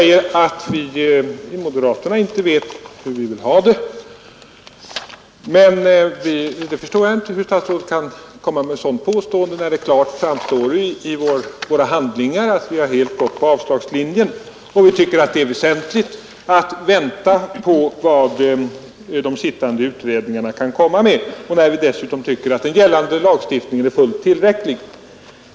Herr talman! Statsrådet Lundkvist säger att vi i moderata samlingspartiet inte vet hur vi vill ha det. Jag förstår inte hur statsrådet kan påstå något sådant. Det framgår klart av handlingarna att vi gått på avslagslinjen. Vi tycker att det är väsentligt att vänta på vad de sittande utredningarna kan föreslå. Dessutom anser vi att den gällande lagstiftningen är fullt tillräcklig.